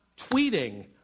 tweeting